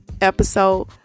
episode